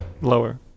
Lower